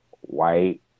white